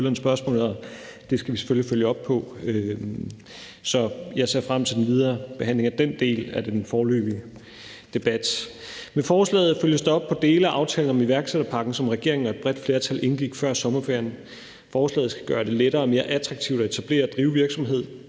det skal vi selvfølgelig følge op på. Så jeg ser frem til den videre behandling af den del af den foreløbige debat. Med forslaget følges der op på dele af aftalen om iværksætterpakken, som regeringen og et bredt flertal indgik før sommerferien. Forslaget skal gøre det lettere og mere attraktivt at etablere og drive virksomhed,